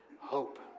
hope